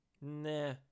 Nah